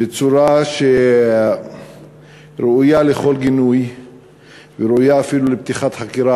בצורה שראויה לכל גינוי וראויה אפילו לפתיחת חקירה